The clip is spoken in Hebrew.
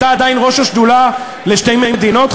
אתה עדיין ראש השדולה לשתי מדינות,